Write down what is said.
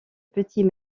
petits